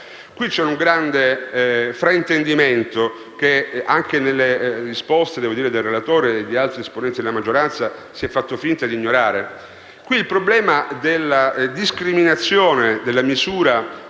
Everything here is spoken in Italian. Qui c'è un grande fraintendimento che anche nelle risposte del relatore e di altri esponenti della maggioranza si è fatto finta di ignorare. Il problema della discriminazione creata dalla misura